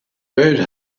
bird